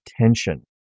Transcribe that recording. tension